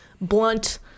blunt